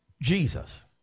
Jesus